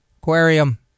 Aquarium